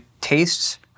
Tastes